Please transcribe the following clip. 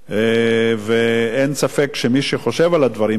ואין ספק, מי שחושב על הדברים האלה,